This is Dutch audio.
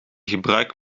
gebruik